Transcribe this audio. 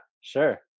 sure